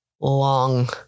long